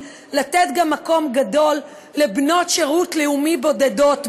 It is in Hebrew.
לתת גם מקום גדול לבנות שירות לאומי בודדות,